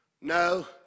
No